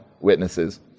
witnesses